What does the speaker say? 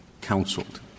counseled